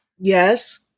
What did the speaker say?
Yes